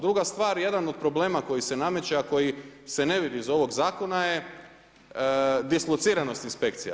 Druga stvar, jedan od problema koji se nameće, a koji se ne vidi iz ovog zakona je dislociranost inspekcija.